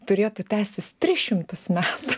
turėtų tęstis tris šimtus metų